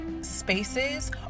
spaces